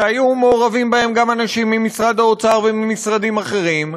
שהיו מעורבים בהם גם אנשים ממשרד האוצר וממשרדים אחרים.